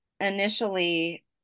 initially